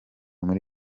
muri